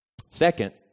Second